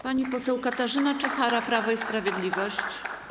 Pani poseł Katarzyna Czochara, Prawo i Sprawiedliwość.